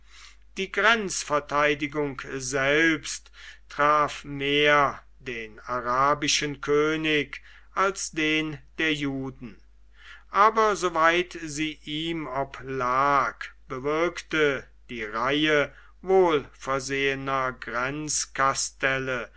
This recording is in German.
die grenzverteidigung selbst traf mehr den arabischen könig als den der juden aber soweit sie ihm oblag bewirkte die reihe wohlversehener